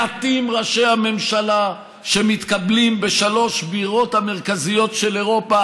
מעטים ראשי הממשלה שמתקבלים בשלוש הבירות המרכזיות של אירופה,